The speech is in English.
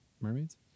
mermaids